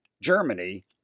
Germany